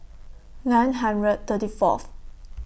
nine hundred thirty Fourth